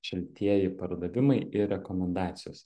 šiltieji pardavimai ir rekomendacijos